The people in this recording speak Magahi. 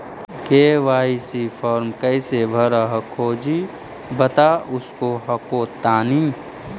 के.वाई.सी फॉर्मा कैसे भरा हको जी बता उसको हको तानी?